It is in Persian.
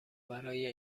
برای